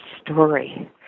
story